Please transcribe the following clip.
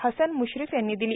हसन म्श्रीफ यांनी दिली